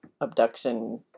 abduction